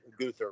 Guther